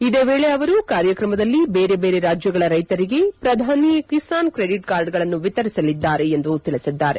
ಇದೇ ವೇಳೆ ಅವರು ಕಾರ್ಯಕ್ರಮದಲ್ಲಿ ಬೇರೆ ಬೇರೆ ರಾಜ್ಯಗಳ ರೈಕರಿಗೆ ಪ್ರಧಾನಿ ಕಿಸಾನ್ ಕ್ರೆಡಿಟ್ ಕಾರ್ಡ್ ಗಳನ್ನು ವಿತರಿಸಲಿದ್ದಾರೆ ಎಂದು ತಿಳಿಸಿದ್ದಾರೆ